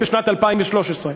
בשנת 2013,